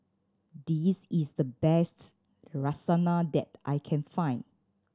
this is the bests Lasagna that I can find